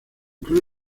club